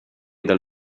dal